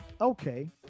okay